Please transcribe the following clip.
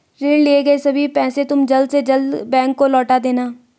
ऋण लिए गए सभी पैसे तुम जल्द से जल्द बैंक को लौटा देना